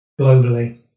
globally